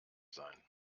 sein